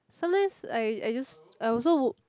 sometimes I I just I also